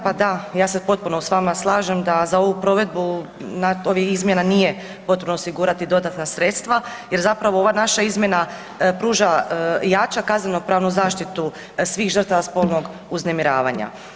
Pa da, ja se potpuno s vama slažem da za ovu provedbu ovih izmjena nije potrebno osigurati dodatna sredstva jer zapravo ova naša izmjena pruža i jača kazneno-pravnu zaštitu svih žrtava spolnog uznemiravanja.